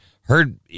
heard